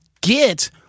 get